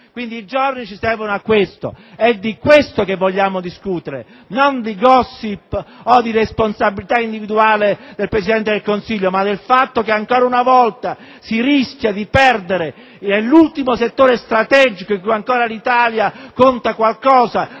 I giorni ci servono per questi temi; è di questo che vogliamo discutere, non di *gossip* o di responsabilità individuale del Presidente del Consiglio, ma del fatto che ancora una volta si rischia di perdere l'ultimo settore strategico in cui l'Italia conta qualcosa